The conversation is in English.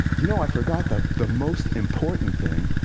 you know, i forgot the the most important thing,